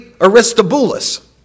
Aristobulus